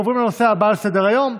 אנחנו עוברים לנושא הבא על סדר-היום,